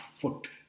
foot